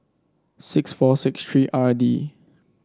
six four six three R D